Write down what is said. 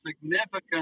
Significant